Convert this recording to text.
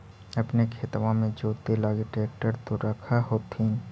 अपने खेतबा मे जोते लगी ट्रेक्टर तो रख होथिन?